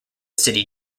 city